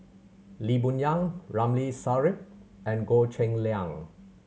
Lee Boon Yang Ramli Sarip and Goh Cheng Liang